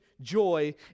joy